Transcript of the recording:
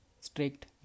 Strict